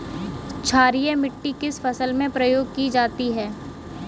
क्षारीय मिट्टी किस फसल में प्रयोग की जाती है?